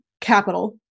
capital